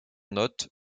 notes